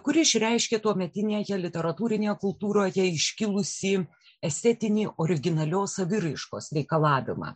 kuri išreiškė tuometinėje literatūrinėje kultūroje iškilusį estetinį originalios saviraiškos reikalavimą